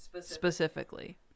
specifically